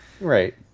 Right